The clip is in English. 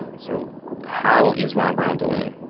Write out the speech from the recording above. so how is ron brown doing?